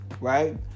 right